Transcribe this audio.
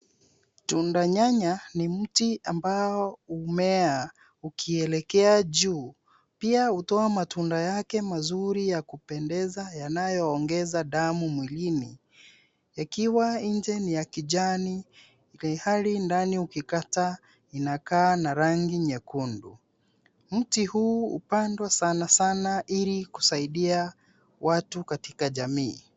Tunda nyanya ni mti ambao umea ukielekea juu, pia hutoa matunda yake mazuri ya kupendeza yanayo ongeza damu mwilini, ikiwa nje ni ya kijani ilhali ndani ukikata inakaa na rangi nyekundu. Mti huu hupandwa sana sana ili kusaidia watu katika jamii.